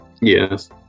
Yes